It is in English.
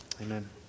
Amen